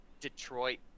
detroit